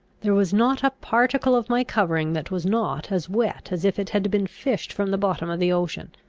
there was not a particle of my covering that was not as wet as if it had been fished from the bottom of the ocean.